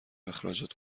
اخراجت